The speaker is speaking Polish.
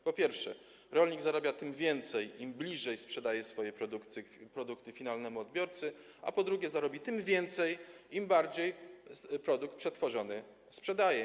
Po pierwsze, rolnik zarabia tym więcej, im bliżej sprzedaje swoje produkty finalnemu odbiorcy, a po drugie zarobi tym więcej, im bardziej przetworzony produkt sprzedaje.